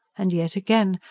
and, yet again,